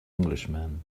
englishman